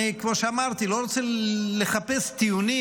כמו שאמרתי, אני לא רוצה לחפש טיעונים.